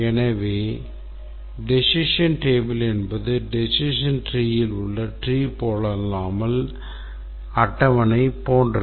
எனவே Decision Table என்பது decision treeல் உள்ள tree போலல்லாமல் அட்டவணை போன்றது